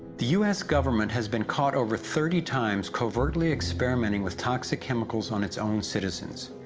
the u s. government has been caught over thirty times, covertly experimenting with toxic chemicals on its own citizens.